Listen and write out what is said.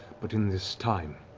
but in this time,